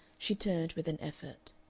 she turned with an effort.